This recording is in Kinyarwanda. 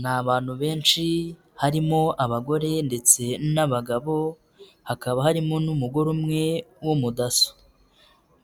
Ni abantu benshi, harimo abagore ndetse n'abagabo, hakaba harimo n'umugore umwe umudaso.